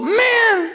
men